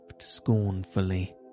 scornfully